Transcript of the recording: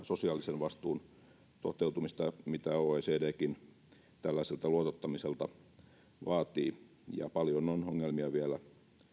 sosiaalisen vastuun toteutumista mitä oecdkin tällaiselta luotottamiselta vaatii paljon on ongelmia vielä